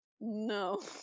No